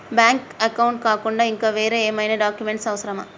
Bank account కాకుండా ఇంకా వేరే ఏమైనా డాక్యుమెంట్స్ అవసరమా?